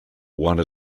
one